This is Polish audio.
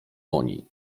oni